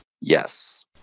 Yes